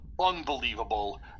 unbelievable